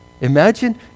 Imagine